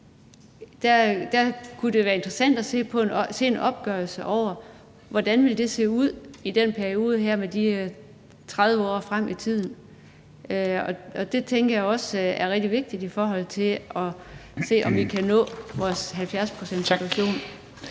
kunne det være interessant at se en opgørelse over, hvordan det vil se ud i den periode her, altså 30 år frem i tiden. Og det tænker jeg også er rigtig vigtigt i forhold til at se, om vi kan nå vores 70-procentsreduktion.